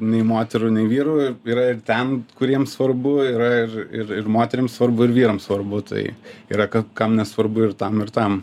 nei moterų nei vyrų yra ir ten kuriem svarbu yra ir ir moterim svarbu ir vyram svarbu tai yra ka kam nesvarbu ir tam ir tam